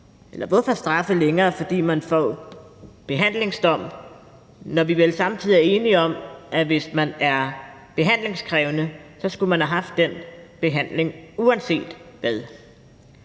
hvorfor straffe længere, fordi man får behandlingsdom, når vi vel samtidig er enige om, at hvis man er behandlingskrævende, skulle man have haft den behandling uanset hvad.